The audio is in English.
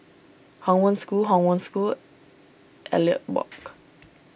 Hong Wen School Hong Wen School Elliot Walk